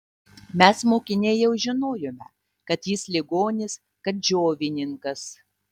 mes mokiniai jau žinojome kad jis ligonis kad džiovininkas